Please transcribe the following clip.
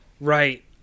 Right